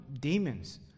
demons